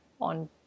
on